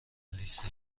لیست